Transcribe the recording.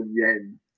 yen